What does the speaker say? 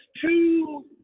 two